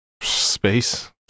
Space